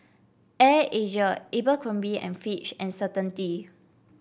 Air Asia Abercrombie and Fitch and Certainty